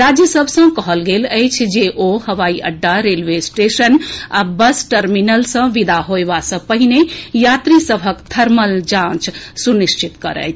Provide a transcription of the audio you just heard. राज्य सभ सँ कहल गेल अछि जे ओ हवाई अड्डा रेलवे स्टेशन आ बस टर्मिनल सँ विदा होएबा सँ पहिने यात्री सभक थर्मल जांच सुनिश्चित करथि